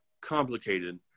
complicated